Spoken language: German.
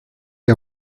der